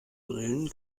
brillen